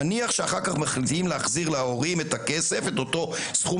נניח שימולאו ההבטחות וייקחו את אותו סכום